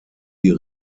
die